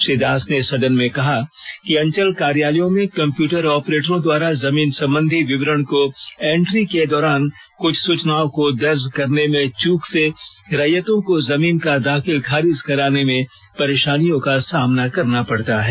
श्री दास ने सदन में कहा कि अंचल कार्यालयों में कंप्यूटर ऑपरेटरों द्वारा जमीन संबंधी विवरण की एंट्री के दौरान कुछ सूचनाओं को दर्ज करने में चूक से रैयतों को जमीन का दाखिल खारिज कराने में परेशानियों का सामना करना पड़ता है